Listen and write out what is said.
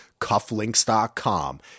cufflinks.com